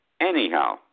Anyhow